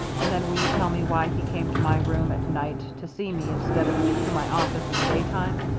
and then will you tell me why he came to my room at night to see me instead of to my office in the daytime?